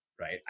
right